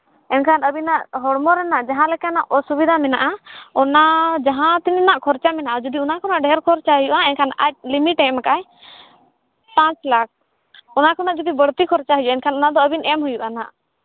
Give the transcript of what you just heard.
ᱮᱱᱠᱷᱟᱱ ᱟᱹᱵᱤᱱᱟᱜ ᱦᱚᱲᱢᱚ ᱨᱮᱱᱟᱜ ᱡᱟᱦᱟᱸᱞᱮᱠᱟᱱᱟᱜ ᱚᱥᱩᱵᱤᱫᱟ ᱢᱮᱱᱟᱜᱼᱟ ᱚᱱᱟ ᱡᱟᱦᱟᱸᱛᱤᱱᱟᱹᱜ ᱠᱷᱚᱨᱪᱟ ᱢᱮᱱᱟᱜᱼᱟ ᱡᱩᱫᱤ ᱚᱱᱟ ᱠᱷᱚᱱᱟᱜ ᱰᱷᱮᱨ ᱠᱷᱚᱨᱪᱟ ᱦᱩᱭᱩᱜᱼᱟ ᱮᱱᱠᱷᱟᱱ ᱟᱡ ᱞᱤᱢᱤᱴᱮᱭ ᱮᱢ ᱠᱟᱜᱼᱟᱭ ᱯᱟᱸᱪ ᱞᱟᱠᱷ ᱚᱱᱟ ᱠᱷᱚᱱᱟᱜ ᱡᱩᱫᱤ ᱵᱟᱹᱲᱛᱤ ᱠᱷᱚᱨᱪᱟ ᱦᱩᱭᱩᱜᱼᱟ ᱮᱱᱠᱷᱟᱱ ᱚᱱᱟ ᱟᱹᱵᱤᱱ ᱮᱢ ᱦᱩᱭᱩᱜᱼᱟ ᱱᱟᱜ